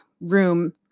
room